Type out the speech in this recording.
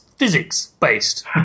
physics-based